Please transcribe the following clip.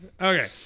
Okay